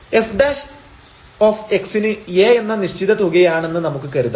f ന് A എന്ന നിശ്ചിത തുകയാണെന്ന് നമുക്ക് കരുതാം